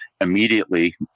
immediately